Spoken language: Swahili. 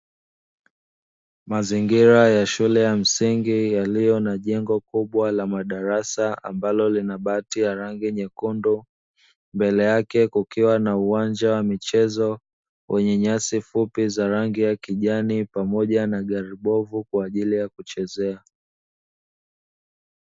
Mazingira ya shule ya msingi yaliyo na jengo kubwa la madarasa ambalo linabaki ya rangi nyekundu, mbele yake kukiwa na uwanja wa michezo wenye nyasi fupi za rangi ya kijani pamoja na gari bovu kwa ajili ya kuchezea.